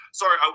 sorry